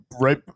right